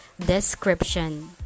description